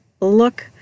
look